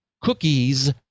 cookies